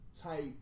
type